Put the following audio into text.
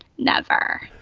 never